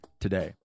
today